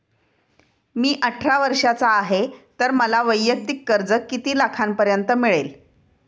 मी अठरा वर्षांचा आहे तर मला वैयक्तिक कर्ज किती लाखांपर्यंत मिळेल?